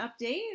update